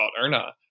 Erna